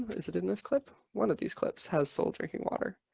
is it in this clip? one of these clips has soul drinking water.